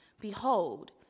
behold